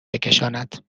بکشاند